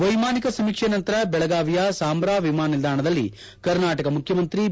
ವ್ಲೆಮಾನಿಕ ಸಮೀಕ್ಷೆ ನಂತರ ದೆಳಗಾವಿಯ ಸಾಂಭ್ರಾ ವಿಮಾನ ನಿಲ್ದಾಣದಲ್ಲಿ ಕರ್ನಾಟಕ ಮುಖ್ಯಮಂತ್ರಿ ಬಿ